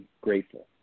grateful